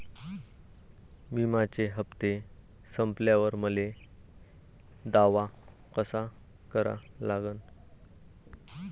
बिम्याचे हप्ते संपल्यावर मले दावा कसा करा लागन?